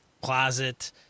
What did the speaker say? closet